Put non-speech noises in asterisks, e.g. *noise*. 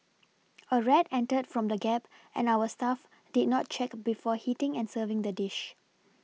*noise* a rat entered from the gap and our staff did not check before heating and serving the dish